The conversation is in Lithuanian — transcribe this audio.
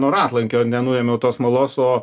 nuo ratlankio nenuėmiau to smalos o